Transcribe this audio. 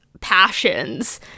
passions